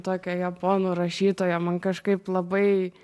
tokia japonų rašytoja man kažkaip labai